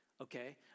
okay